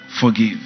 forgive